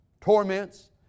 torments